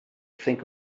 think